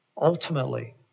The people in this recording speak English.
ultimately